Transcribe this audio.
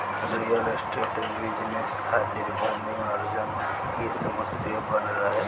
real state business खातिर भूमि अर्जन की समस्या बनल रहेला